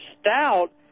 stout